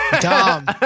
Tom